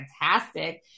fantastic